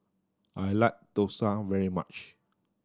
I like dosa very much